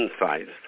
insights